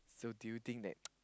so do you think that